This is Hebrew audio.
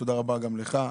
תודה רבה גם לך,